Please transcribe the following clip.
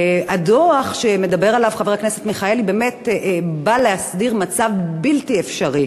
הדוח שמדבר עליו חבר הכנסת מיכאלי באמת בא להסדיר מצב בלתי אפשרי,